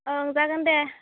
ओं जागोन दे